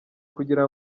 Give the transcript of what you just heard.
kugira